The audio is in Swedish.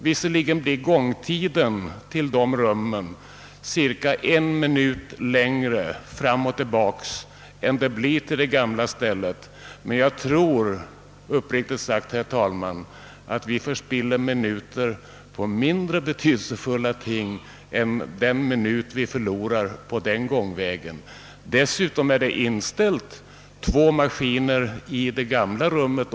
Visserligen blir gångtiden cirka en minut längre fram och tillbaka än till det gamla rummet, men jag tror uppriktigt sagt, herr talman, att man här i huset förspiller många minuter på mindre betydelsefulla ting. Dessutom har det ställts in två skrivmaskiner även i det gamla rummet.